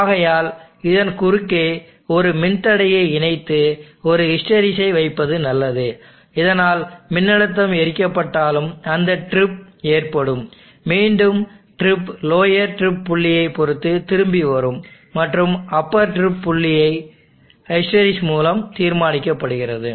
ஆகையால் இதன் குறுக்கே ஒரு மின்தடையை இணைத்து ஒரு ஹிஸ்டெரெசிஸை வைப்பது நல்லது இதனால் மின்னழுத்தம் எரிக்கப்பட்டாலும் அந்த ட்ரிப் ஏற்படும் மீண்டும் ட்ரிப் லோயர் ட்ரிப் புள்ளியைப் பொறுத்து திரும்பி வரும் மற்றும் அப்பர் ட்ரிப் புள்ளி ஹிஸ்டெறிசிஸ் மூலம் தீர்மானிக்கப்படுகிறது